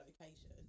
location